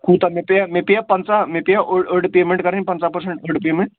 کوٗتاہ مےٚ پیٚیا مےٚ پیٚیا پنٛژاہ مےٚ پیٚیا اوٚڑ أڑ پیمٮ۪نٛٹ کَرٕنۍ پنٛژاہ پٔرسَنٹ أڑ پیمٮ۪نٛٹ